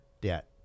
debt